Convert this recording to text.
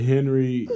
Henry